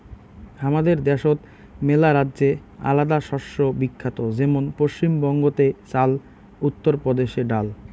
হামাদের দ্যাশোত মেলারাজ্যে আলাদা শস্য বিখ্যাত যেমন পশ্চিম বঙ্গতে চাল, উত্তর প্রদেশে ডাল